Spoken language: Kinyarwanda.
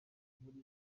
buri